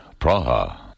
Praha